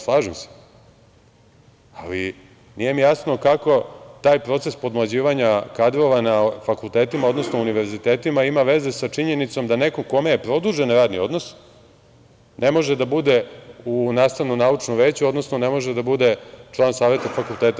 Slažem se, ali nije mi jasno kako taj proces podmlađivanja kadrova na fakultetima, odnosno univerzitetima ima veze sa činjenicom da neko kome je produžen radni odnos ne može da bude u nastavno-naučnom veću, odnosno ne može da bude član saveta fakulteta.